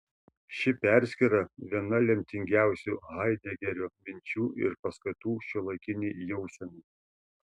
ši perskyra viena lemtingiausių haidegerio minčių ir paskatų šiuolaikinei jausenai